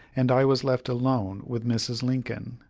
and i was left alone with mrs. lincoln.